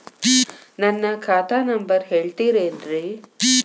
ನನ್ನ ಖಾತಾ ನಂಬರ್ ಹೇಳ್ತಿರೇನ್ರಿ?